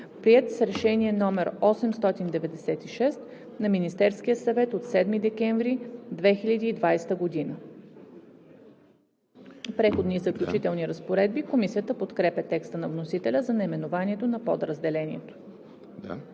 приет с Решение № 896 на Министерския съвет от 7 декември 2020 г.“ „Преходни и заключителни разпоредби“. Комисията подкрепя текста на вносителя за наименованието на подразделението.